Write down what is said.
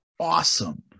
Awesome